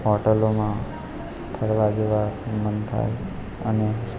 હોટલોમાં ફરવા જેવા મન થાય અને